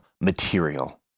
material